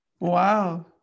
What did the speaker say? Wow